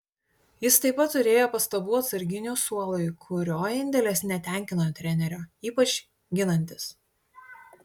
jis taip pat turėjo pastabų atsarginių suolui kurio indėlis netenkino trenerio ypač ginantis